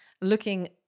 looking